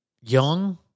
young